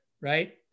right